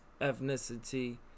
ethnicity